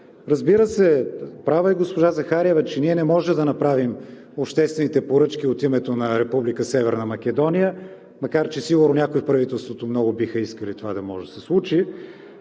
Разбира се, права е госпожа Захариева, че ние не можем да направим обществените поръчки от името на Република Северна Македония, макар че сигурно някои от правителството много биха искали това да може да се случи.